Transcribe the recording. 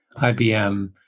IBM